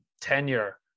tenure